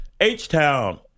H-Town